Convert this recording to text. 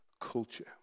culture